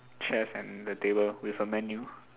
chairs and the table with a menu